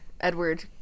Edward